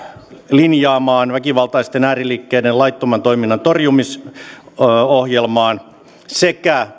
linjaamaan väkivaltaisten ääriliikkeiden laittoman toiminnan torjumisohjelmaan sekä